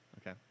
Okay